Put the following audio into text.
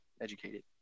educated